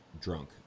drunk